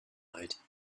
night